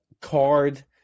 card